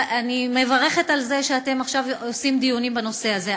אני מברכת על כך שאתם עכשיו מקיימים דיונים בנושא הזה.